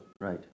Right